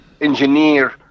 engineer